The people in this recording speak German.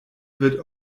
wird